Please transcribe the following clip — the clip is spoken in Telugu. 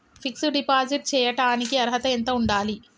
ఫిక్స్ డ్ డిపాజిట్ చేయటానికి అర్హత ఎంత ఉండాలి?